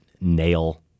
nail